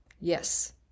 yes